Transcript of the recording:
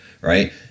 right